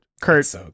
Kurt